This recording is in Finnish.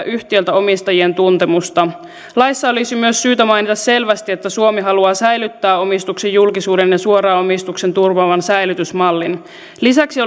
yhtiöiltä omistajien tuntemusta laissa olisi myös syytä mainita selvästi että suomi haluaa säilyttää omistuksen julkisuuden ja suoran omistuksen turvaavan säilytysmallin lisäksi